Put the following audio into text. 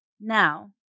Now